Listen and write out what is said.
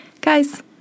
Guys